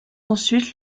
ensuite